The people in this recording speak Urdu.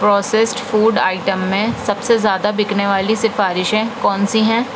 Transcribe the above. پروسیسڈ فوڈ آئٹم میں سب سے زیادہ بِکنے والی سفارشیں کون سی ہیں